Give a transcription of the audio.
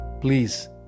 please